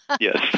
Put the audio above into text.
Yes